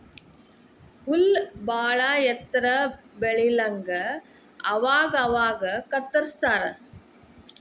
ಹುಲ್ಲ ಬಾಳ ಎತ್ತರ ಬೆಳಿಲಂಗ ಅವಾಗ ಅವಾಗ ಕತ್ತರಸ್ತಾರ